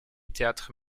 theatre